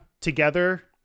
Together